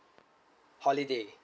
holiday